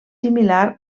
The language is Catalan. similar